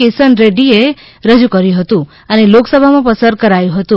કિશન રેડ્ડીએ રજૂ કર્યુ હતું અને લોકસભામા પસાર કરાયુ હતું